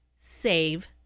Save